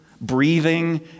breathing